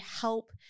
help